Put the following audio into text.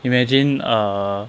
imagine err